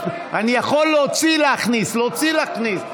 אני יכול להוציא, להכניס, להוציא, להכניס.